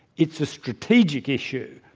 it's a strategic issue,